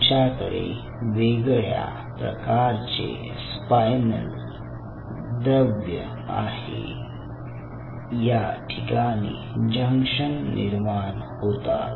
तुमच्याकडे वेगळ्या प्रकारचे स्पायनल द्रव्य आहे या ठिकाणी जंक्शन निर्माण होतात